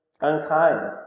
unkind